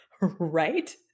Right